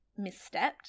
misstepped